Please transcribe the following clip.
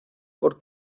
por